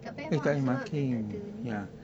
tak payah mark sebab dia tak ada